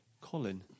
Colin